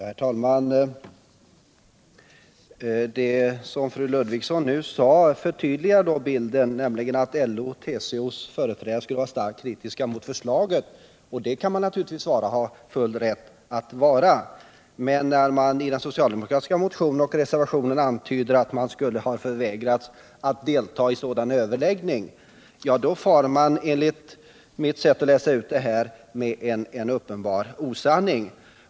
Herr talman! Det som Ingrid Ludvigsson nu sade förtydligar bilden att LO:s och TCO:s företrädare är kritiska mot förslaget — och det har de naturligtvis full rätt att vara. Men när det i den socialdemokratiska motionen och reservationen antyds att man förvägrats delta i överläggningarna, då far man enligt mitt sätt att se med osanning.